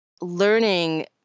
learning